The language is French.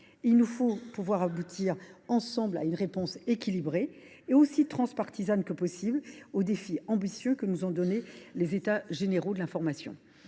Il nous faut aboutir ensemble à une réponse équilibrée et aussi transpartisane que possible afin de relever les défis ambitieux que nous ont soumis les États généraux de l’information.